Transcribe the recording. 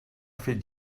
fet